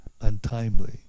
untimely